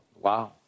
Wow